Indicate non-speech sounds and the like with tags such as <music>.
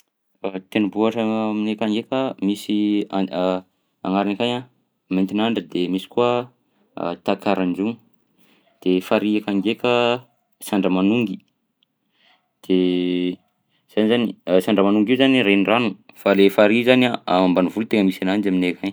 <noise> <hesitation> Tendrimbohatra aminay akagny ndraika misy an- <hesitation> agnarany akany a: Maintinandra de misy koa <hesitation> Takaranjono, de farihy akany ndraika Sandramanongy, de zany zany. <hesitation> Sandramanongy io zany renirano fa le farihy zany a ambanivolo tegna misy ananjy aminay akagny.